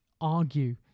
argue